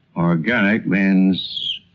organic means,